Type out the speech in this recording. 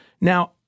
Now